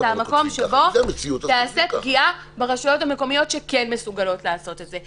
זה המקום שבו תיעשה פגיעה ברשויות המקומיות שכן מסוגלות לעשות את זה.